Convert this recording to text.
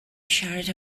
siarad